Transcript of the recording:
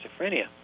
schizophrenia